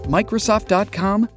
Microsoft.com